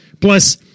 Plus